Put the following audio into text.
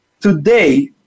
Today